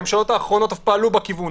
הממשלות האחרונות אף פעלו בכיוון.